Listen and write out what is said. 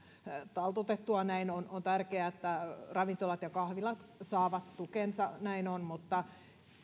taltutettua näin on on tärkeää että ravintolat ja kahvilat saavat tukensa näin on mutta